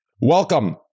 Welcome